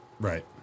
Right